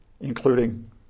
including